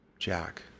Jack